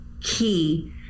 key